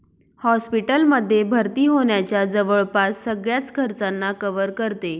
hospital मध्ये भर्ती होण्याच्या जवळपास सगळ्याच खर्चांना कव्हर करते